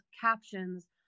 captions